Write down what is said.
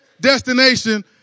destination